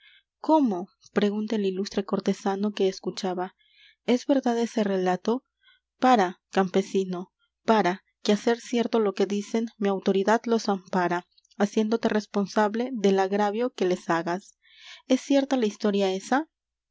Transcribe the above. gómo pregunta el ilustre cortesano que escuchaba jes verdad ese relato para campesino para que á ser cierto lo que dicen m i autoridad los ampara haciéndote responsable del agravio que les hagas e s cierta la historia esa